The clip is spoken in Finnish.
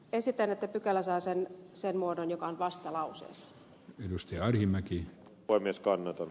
ehdotan että pykälä saa sen muodon joka on vastalauseessa